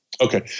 Okay